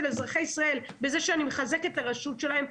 אזרחי ישראל בזה שאני מחזקת את הרשות שלהם,